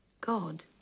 God